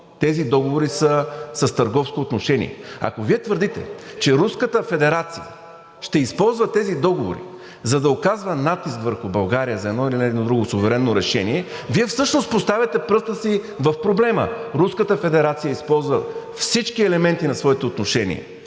Тези договори са с търговско отношение. Ако Вие твърдите, че Руската федерация ще използва тези договори, за да оказва натиск върху България за едно или нейно друго суверенно решение, Вие всъщност поставяте пръста си в проблема – Руската федерация използва всички елементи на своите отношения